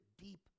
deep